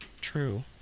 True